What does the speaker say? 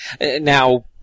Now